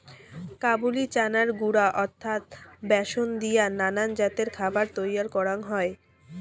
কাবুলি চানার গুঁড়া অর্থাৎ ব্যাসন দিয়া নানান জাতের খাবার তৈয়ার করাং হই